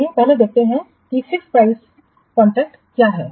आइए पहले देखते हैं कि फिक्स प्राइस कॉन्ट्रैक्ट क्या है